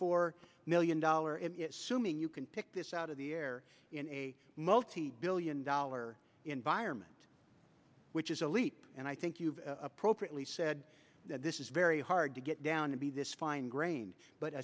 four million dollar simming you can pick this out of the air in a multi billion dollar environment which is a leap and i think you've appropriately said that this is very hard to get down to be this fine grain but